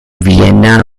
vienna